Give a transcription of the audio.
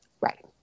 Right